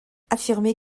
affirmer